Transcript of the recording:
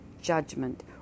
judgment